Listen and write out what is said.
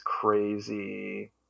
crazy